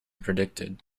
predicted